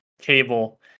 cable